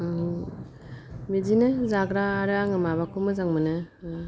बिदिनो जाग्रा आरो आङो माबाखौ मोजां मोनो